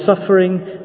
suffering